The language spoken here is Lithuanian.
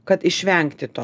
kad išvengti to